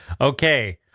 Okay